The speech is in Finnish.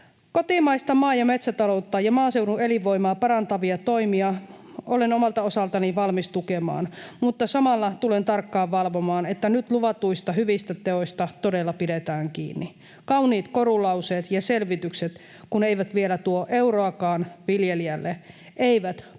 Kotimaista maa- ja metsätaloutta ja maaseudun elinvoimaa parantavia toimia olen omalta osaltani valmis tukemaan, mutta samalla tulen tarkkaan valvomaan, että nyt luvatuista hyvistä teoista todella pidetään kiinni. Kauniit korulauseet ja selvitykset kun eivät vielä tuo euroakaan viljelijälle, eivät paranna